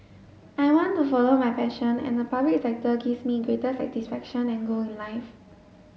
I want to follow my passion and the public sector gives me greater satisfaction and goal in life